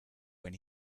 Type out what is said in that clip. when